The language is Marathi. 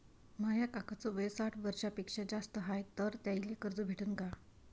माया काकाच वय साठ वर्षांपेक्षा जास्त हाय तर त्याइले कर्ज भेटन का?